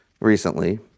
recently